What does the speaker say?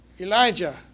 Elijah